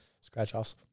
Scratch-offs